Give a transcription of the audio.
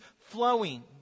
flowing